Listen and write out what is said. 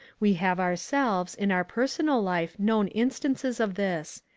we have ourselves in our personal life known instances of this,